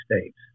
States